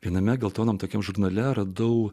viename geltonam tokiam žurnale radau